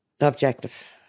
objective